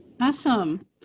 Awesome